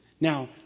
Now